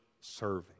serving